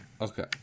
Okay